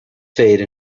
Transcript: fade